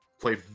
play